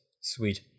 Sweet